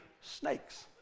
snakes